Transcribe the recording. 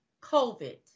COVID